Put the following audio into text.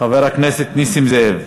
חבר הכנסת נסים זאב,